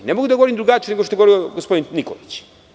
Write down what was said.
Ne mogu da govorim drugačije nego što je govorio gospodin Nikolić.